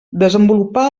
desenvolupar